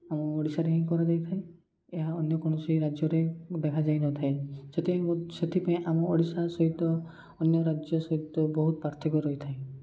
ଆମ ଓଡ଼ିଶାରେ ହିଁ କରାଯାଇଥାଏ ଏହା ଅନ୍ୟ କୌଣସି ରାଜ୍ୟରେ ଦେଖାଯାଇନଥାଏ ସେଥିପାଇଁ ସେଥିପାଇଁ ଆମ ଓଡ଼ିଶା ସହିତ ଅନ୍ୟ ରାଜ୍ୟ ସହିତ ବହୁତ ପାର୍ଥକ୍ୟ ରହିଥାଏ